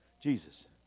Jesus